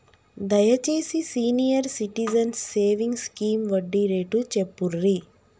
దయచేసి senior citizens savings scheme వడ్డీ rate చెప్పుర్రి